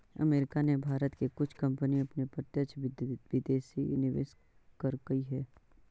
America ने भारत की कुछ कंपनी में प्रत्यक्ष विदेशी निवेश करकई हे